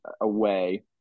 away